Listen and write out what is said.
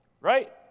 right